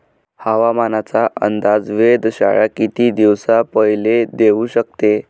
हवामानाचा अंदाज वेधशाळा किती दिवसा पयले देऊ शकते?